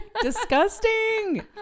Disgusting